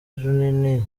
runini